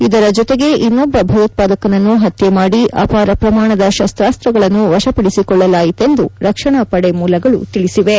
ಇದರ ಜೊತೆಗೆ ಇನ್ನೊಬ್ಲ ಭಯೋತ್ವಾದಕನನ್ನು ಹತ್ಲೆ ಮಾಡಿ ಅಪಾರ ಪ್ರಮಾಣದ ಶಸ್ತಾಸ್ತಗಳನ್ನು ವಶಪಡಿಸಿಕೊಳ್ಳಲಾಯಿತೆಂದು ರಕ್ಷಣಾಪಡೆ ಮೂಲಗಳು ತಿಳಿಸಿವೆ